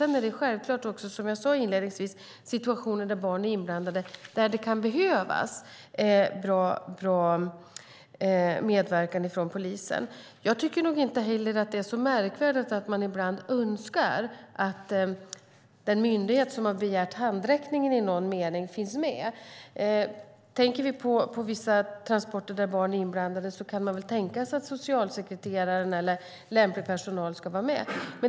Sedan finns det självklart också, som jag sade inledningsvis, situationer där barn är inblandade där det kan behövas bra medverkan från polisen. Jag tycker nog inte heller att det är så märkvärdigt att man ibland önskar att den myndighet som har begärt handräckningen i någon mening finns med. Tänker vi på vissa transporter där barn är inblandade kan man väl tänka sig att socialsekreteraren eller lämplig personal ska vara med.